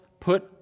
put